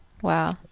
Wow